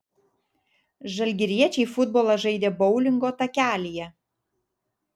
žalgiriečiai futbolą žaidė boulingo takelyje